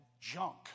junk